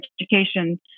education